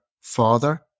father